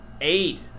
eight